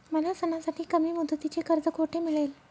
मला सणासाठी कमी मुदतीचे कर्ज कोठे मिळेल?